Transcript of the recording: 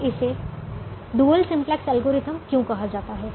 अब इसे dual simplex algorithm क्यों कहा जाता है